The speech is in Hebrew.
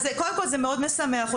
קודם כל זה מאוד משמח אותי לשמוע.